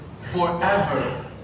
forever